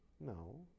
No